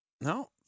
no